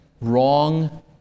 wrong